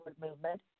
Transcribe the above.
movement